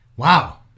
Wow